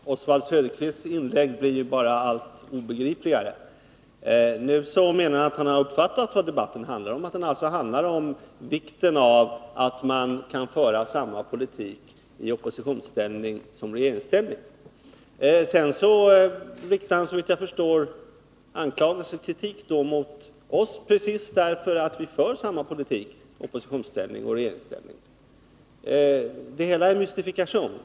Herr talman! Oswald Söderqvists inlägg blir allt obegripligare. Han säger att han uppfattat vad debatten handlar om, nämligen vikten av att man för samma politik i oppositionsställning som i regeringsställning. Sedan riktar han såvitt jag förstår anklagelser och kritik mot oss därför att vi för samma politik i oppositionsställning som i regeringsställning! Det hela är en mystifikation!